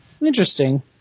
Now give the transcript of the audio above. Interesting